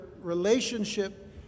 relationship